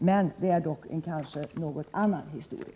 Men det är kanske en annan historia!